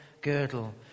girdle